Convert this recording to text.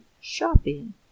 shopping